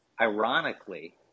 ironically